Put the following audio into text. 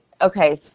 Okay